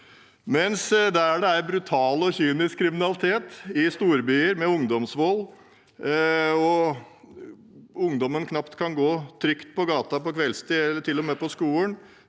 Mens der det er brutal og kynisk kriminalitet, i storbyer med ungdomsvold, der ungdommen knapt kan gå trygt på gata på kveldstid og til og med ikke